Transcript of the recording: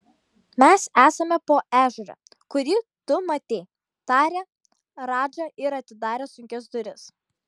mes esame po ežeru kurį tu matei tarė radža ir atidarė sunkias duris